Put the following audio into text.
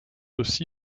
aussi